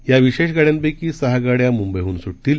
या विशेष गाड्यांपैकी सहा गाड्या मुंबईहुन सुटतील